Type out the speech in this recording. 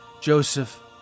Joseph